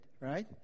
Right